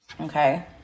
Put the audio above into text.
okay